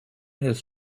his